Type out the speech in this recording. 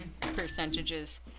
percentages